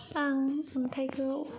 आं अन्थायखौ